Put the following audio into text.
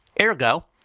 Ergo